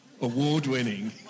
award-winning